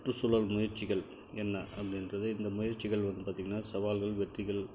சுற்றுச்சூழல் முயற்சிகள் என்ன அப்படின்றது இந்த முயற்சிகள் வந்து பார்த்தீங்கன்னா சவால்கள் வெற்றிகள்